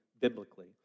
biblically